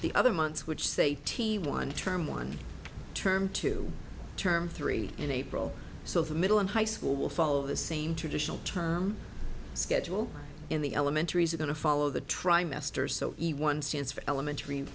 the other months which say t one term one term two term three in april so the middle and high school will follow the same traditional term schedule in the elementary is going to follow the trimester so one stands for elementary and